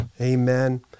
Amen